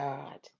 God